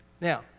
Now